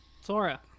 sora